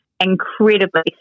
incredibly